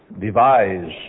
devise